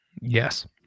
Yes